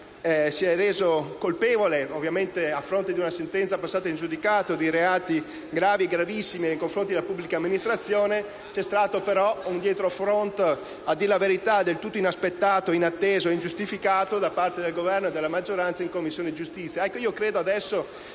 si è reso colpevole, a fronte di una sentenza passata in giudicato, di reati gravi e gravissimi nei confronti della pubblica amministrazione c'è stato un dietrofront per la verità del tutto inaspettato, inatteso e ingiustificato da parte della maggioranza e Governo in Commissione giustizia.